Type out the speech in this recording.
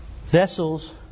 Vessels